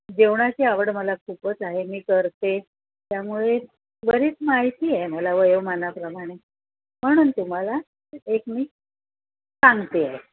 जेवणाची आवड मला खूपच आहे मी करते त्यामुळे बरीच माहिती आहे मला वयोमानाप्रमाणे म्हणून तुम्हाला एक मी सांगते आहे